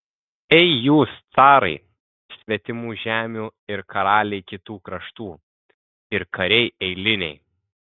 ei jūs carai svetimų žemių ir karaliai kitų kraštų ir kariai eiliniai